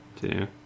two